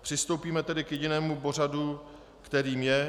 Přistoupíme tedy k jedinému bodu pořadu, kterým je